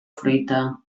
fruita